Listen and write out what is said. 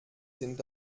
sind